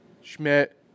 Schmidt